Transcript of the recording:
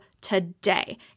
today